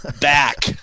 back